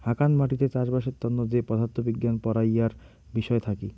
হাকান মাটিতে চাষবাসের তন্ন যে পদার্থ বিজ্ঞান পড়াইয়ার বিষয় থাকি